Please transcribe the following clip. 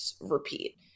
repeat